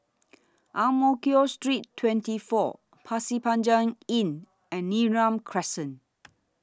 Ang Mo Kio Street twenty four Pasir Panjang Inn and Neram Crescent